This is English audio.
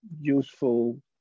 useful